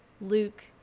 luke